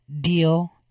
deal